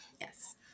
Yes